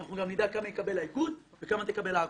אנחנו גם נדע כמה יקבל האיגוד וכמה תקבל האגודה.